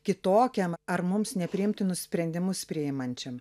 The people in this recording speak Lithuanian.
kitokiam ar mums nepriimtinus sprendimus priimančiam